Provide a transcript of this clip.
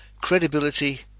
credibility